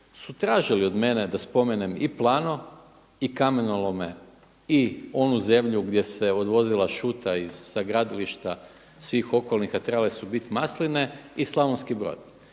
su tražili od mene da spomenem i Plano i kamenolome i onu zemlju gdje se odvozila šuta sa gradilišta svih okolnih, a trebale su bit masline i Slavonski Brod.